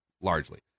largely